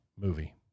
movie